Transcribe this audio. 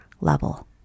level